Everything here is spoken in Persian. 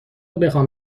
بخوام